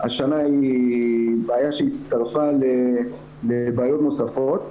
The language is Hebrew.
השנה היא בעיה שהצטרפה ל בעיות נוספות.